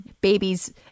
babies